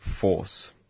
force